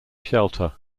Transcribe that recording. shelter